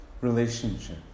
relationship